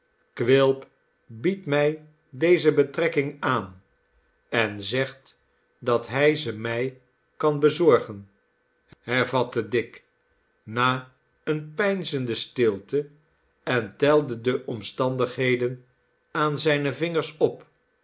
quilp biedt mij deze betrekking aan en zegt dat hij ze mij kan bezorgen hervatte dick na eene peinzende stilte en telde de omstandigheden aan zijne vingers op